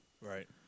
Right